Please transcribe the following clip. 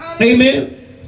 Amen